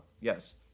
Yes